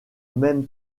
même